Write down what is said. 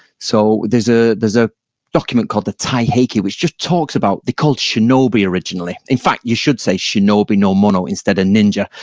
so there's ah there's a document called the tai haki which just talks about, they're called shinobi originally. in fact, you should say shinobi no mono instead of ninja,